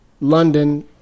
London